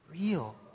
real